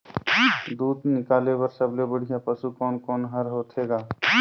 दूध निकाले बर सबले बढ़िया पशु कोन कोन हर होथे ग?